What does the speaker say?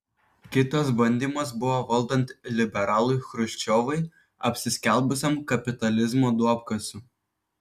kitas bandymas buvo valdant liberalui chruščiovui apsiskelbusiam kapitalizmo duobkasiu